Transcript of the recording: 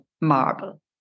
marble